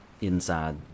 inside